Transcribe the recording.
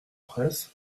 fraysse